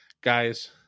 Guys